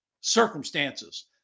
circumstances